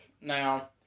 Now